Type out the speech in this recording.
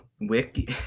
wiki